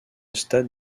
stade